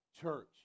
Church